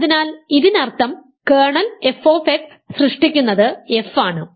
അതിനാൽ ഇതിനർത്ഥം kernel f സൃഷ്ടിക്കുന്നത് f ആണ്